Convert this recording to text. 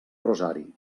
rosari